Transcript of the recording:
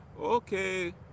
okay